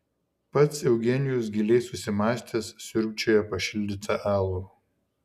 pats eugenijus giliai susimąstęs siurbčioja pašildytą alų